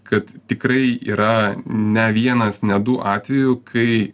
kad tikrai yra ne vienas ne du atvejų kai